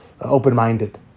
open-minded